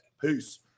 Peace